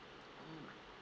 mm